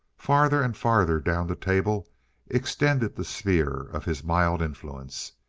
farther and farther down the table extended the sphere of his mild influence.